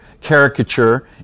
caricature